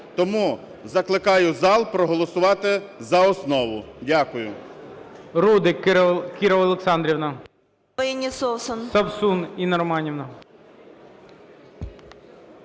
Тому закликаю зал проголосувати за основу. Дякую.